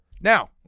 Now